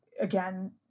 again